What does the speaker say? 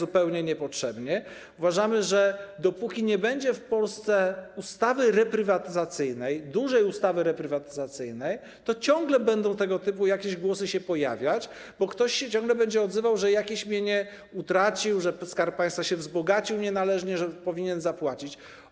Uważamy, że dopóki nie będzie w Polsce ustawy reprywatyzacyjnej, dużej ustawy reprywatyzacyjnej, to ciągle będą się tego typu głosy pojawiać, bo ktoś się ciągle będzie odzywał, że jakieś mienie utracił, że Skarb Państwa się wzbogacił nienależnie, że powinien zapłacić.